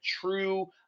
true